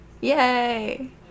Yay